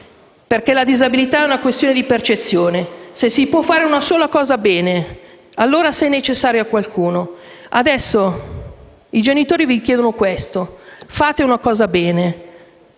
perché la disabilità è una questione di percezione: se si può fare una sola cosa, va bene se è necessario a qualcuno; adesso i genitori vi chiedono di fare una cosa bene